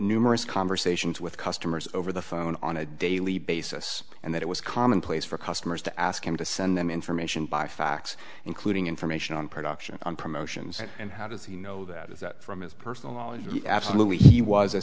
numerous conversations with customers over the phone on a daily basis and that it was commonplace for customers to ask him to send them information by fax including information on auction on promotions and how does he know that is that from his personal knowledge absolutely he was a